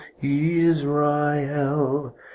Israel